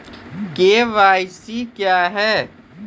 KYC क्या हैं?